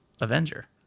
Avenger